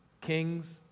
Kings